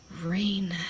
rain